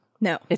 No